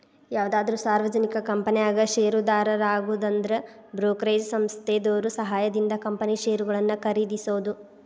ಯಾವುದಾದ್ರು ಸಾರ್ವಜನಿಕ ಕಂಪನ್ಯಾಗ ಷೇರುದಾರರಾಗುದಂದ್ರ ಬ್ರೋಕರೇಜ್ ಸಂಸ್ಥೆದೋರ್ ಸಹಾಯದಿಂದ ಕಂಪನಿ ಷೇರುಗಳನ್ನ ಖರೇದಿಸೋದು